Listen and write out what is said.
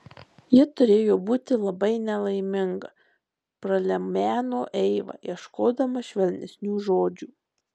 ji turėjo būti labai nelaiminga pralemeno eiva ieškodama švelnesnių žodžių